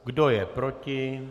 Kdo je proti?